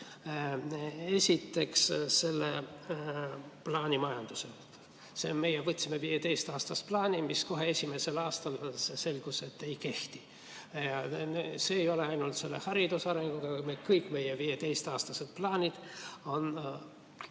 Esiteks selle plaanimajanduse kohta. Meie võtsime 15‑aastase plaani, mis, nagu kohe esimesel aastal selgus, ei kehti. See ei ole nii ainult selle hariduse arenguga, vaid kõik meie 15‑aastased plaanid on